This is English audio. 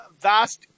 vast